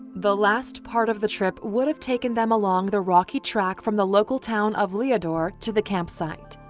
the last part of the trip would have taken them along the rocky track from the local town of leodore to the campsite.